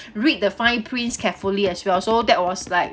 read the fine print carefully as well so that was like